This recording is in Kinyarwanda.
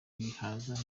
ibihaza